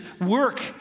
work